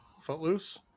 Footloose